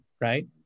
Right